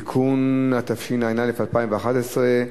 (תיקון), התשע"א 2011,